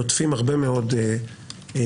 נוטפים הרבה מאוד כעס,